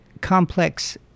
complex